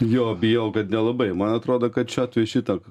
jo bijojau bet nelabai man atrodo kad čia tuoj šitą